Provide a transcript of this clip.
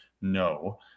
no